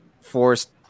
forced